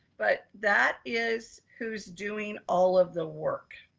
but that is, who's doing all of the work.